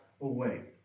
away